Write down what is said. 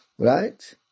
Right